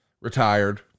retired